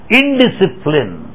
indiscipline